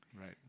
Right